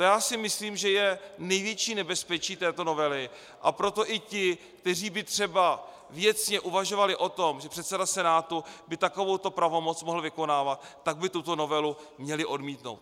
Já si myslím, že to je největší nebezpečí této novely, a proto i ti, kteří by třeba věcně uvažovali o tom, že by předseda Senátu takovouto pravomoc mohl vykonávat, by tuto novelu měli odmítnout.